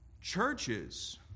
Churches